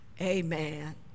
Amen